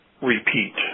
repeat